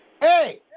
Hey